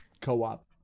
co-op